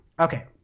Okay